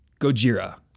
Gojira